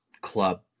club